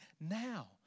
now